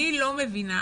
אני לא מבינה,